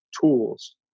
tools